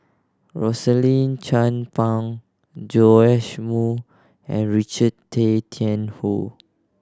Rosaline Chan Pang Joash Moo and Richard Tay Tian Hoe